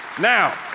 Now